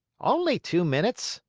only two minutes.